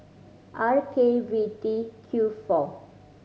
R K V T Q four